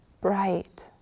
bright